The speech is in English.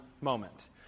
moment